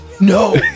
No